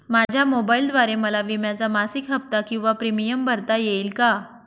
माझ्या मोबाईलद्वारे मला विम्याचा मासिक हफ्ता किंवा प्रीमियम भरता येईल का?